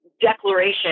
declaration